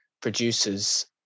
producers